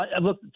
look